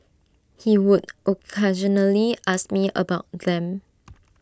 he would occasionally ask me about them